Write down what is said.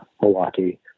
Milwaukee